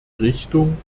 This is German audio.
richtung